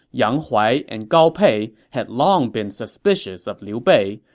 yang huai and gao pei, had long been suspicious of liu bei,